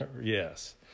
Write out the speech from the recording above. Yes